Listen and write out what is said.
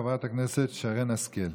חברת הכנסת שרן השכל.